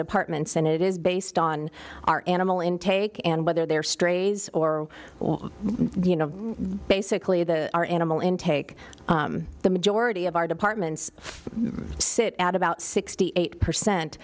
departments and it is based on our animal intake and whether they're strays or you know basically the our animal intake the majority of our departments sit at about sixty eight percent